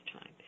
time